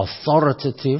authoritative